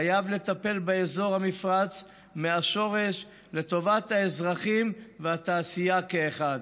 חייב לטפל באזור המפרץ מהשורש לטובת האזרחים והתעשייה כאחד.